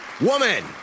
Woman